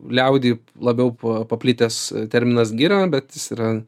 liaudy labiau paplitęs terminas gira bet jis yra